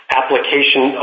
application